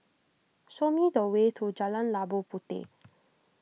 show me the way to Jalan Labu Puteh